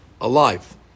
alive